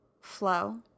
flow